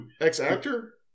ex-actor